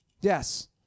Yes